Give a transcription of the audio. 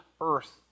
earth